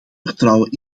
vertrouwen